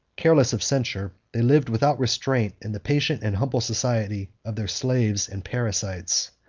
careless of censure, they lived without restraint in the patient and humble society of their slaves and parasites.